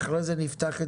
לאחר מכן אבקש את